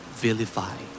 vilify